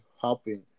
helping